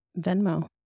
Venmo